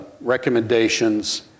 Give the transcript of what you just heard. recommendations